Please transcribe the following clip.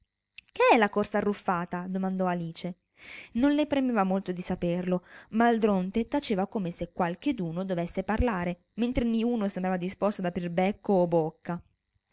che è la corsa arruffata domandò alice non le premeva molto di saperlo ma il dronte taceva come se qualcheduno dovesse parlare mentre niuno sembrava disposto ad aprire becco o bocca